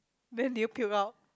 then did you puke out